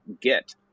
get